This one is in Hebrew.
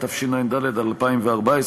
התשע"ד 2014,